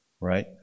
Right